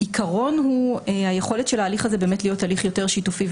העיקרון הוא היכולת של ההליך הזה להיות הליך יותר שיתופי,